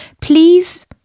please